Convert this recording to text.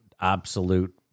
absolute